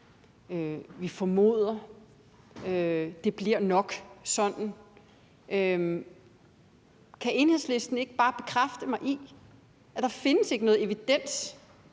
»Vi formoder ...«. »Det bliver nok sådan ...«. Kan Enhedslisten ikke bare bekræfte mig i, at der ikke findes evidens,